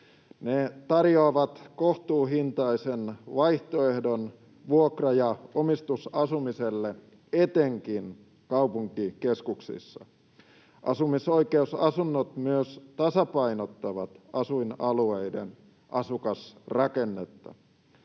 Ne tarjoavat kohtuuhintaisen vaihtoehdon vuokra- ja omistusasumiselle etenkin kaupunkikeskuksissa. Asumisoikeusasunnot myös tasapainottavat asuinalueiden asukasrakennetta.